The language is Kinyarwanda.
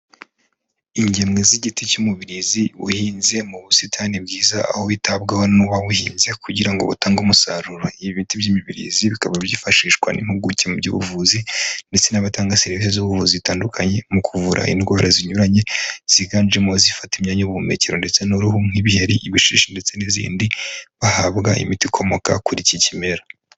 Ingemwe z'igiti cy'umubirizi uhinze mu busitani bwiza, aho witabwaho n'uwawuhinze kugira ngo utange umusaruro, ibi biti by'imibirizi bikaba byifashishwa n'impuguke mu by'ubuvuzi ndetse n'abatanga serivisi z'ubuvuzi zitandukanye mu kuvura indwara zinyuranye ziganjemo izifata imyanya y'ubuhumekero ndetse n'uruhu, nk'ibiheri, ibishishi, ndetse n'izindi, bahabwa imiti ikomoka kuri iki kimera.